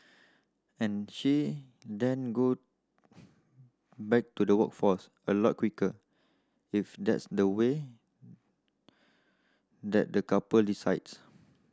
and she then go back to the workforce a lot quicker if that's the way that the couple decides